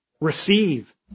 Receive